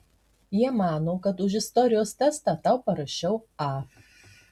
jie mano kad už istorijos testą tau parašiau a